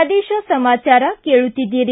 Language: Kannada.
ಪ್ರದೇಶ ಸಮಾಚಾರ ಕೇಳುತ್ತೀದ್ದಿರಿ